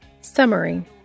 Summary